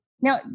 Now